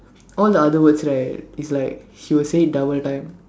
all the other words right is like he will say it double time